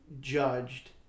judged